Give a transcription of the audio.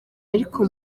ariko